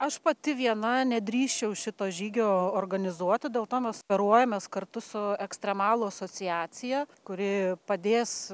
aš pati viena nedrįsčiau šito žygio organizuoti dėl to mes poruojamės kartu su ekstremalų asociacija kuri padės